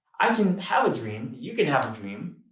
i can have a dream. you can have a dream,